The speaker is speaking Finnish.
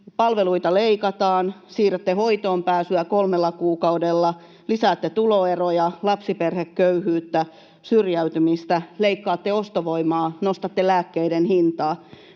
Palveluita leikataan, siirrätte hoitoonpääsyä kolmella kuukaudella, lisäätte tuloeroja, lapsiperheköyhyyttä, syrjäytymistä, leikkaatte ostovoimaa, nostatte lääkkeiden hintaa.